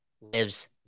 lives